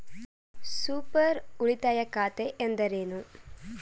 Super ಉಳಿತಾಯ ಖಾತೆ ಎಂದರೇನು?